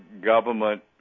government